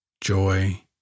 joy